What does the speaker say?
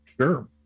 Sure